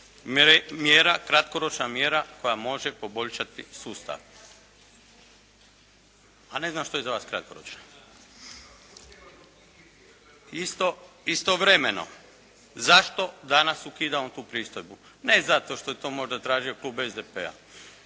mjera, kratkoročna mjera koja može poboljšati sustav. A ne znam što je za vas kratkoročno? Istovremeno zašto danas ukidamo tu pristojbu? Ne zato što je to možda tražio Klub SDP-a.